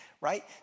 right